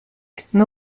can